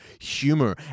humor